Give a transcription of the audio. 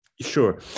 Sure